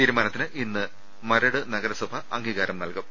തീരുമാനത്തിന് ഇന്ന് മരട് നഗരസഭ അംഗീകാരം നൽകും